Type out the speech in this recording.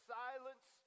silence